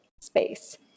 space